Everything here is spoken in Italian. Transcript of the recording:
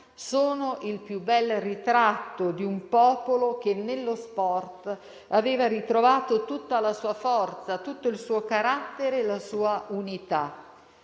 sono il più bel ritratto di un popolo che nello sport aveva ritrovato tutta la sua forza, tutto il suo carattere e la sua unità.